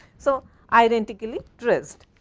so identically dressed.